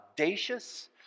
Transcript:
audacious